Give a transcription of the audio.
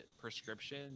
prescription